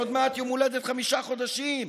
עוד מעט יום הולדת חמישה חודשים.